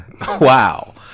Wow